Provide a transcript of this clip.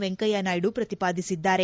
ವೆಂಕಯ್ಯನಾಯ್ದು ಪ್ರತಿಪಾದಿಸಿದ್ದಾರೆ